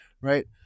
right